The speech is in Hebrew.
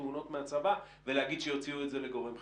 התאונות מהצבא ולהגיד שיוציאו את זה לגורם חיצוני.